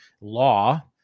law